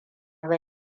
ba